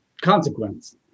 consequence